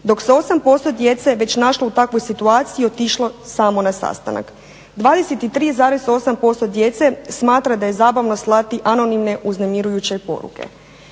dok se 8% djece našlo u takvoj situaciji i otišlo samo na sastanak. 23,8% djece smatra da je zabavno slati anonimne uznemirujuće poruke.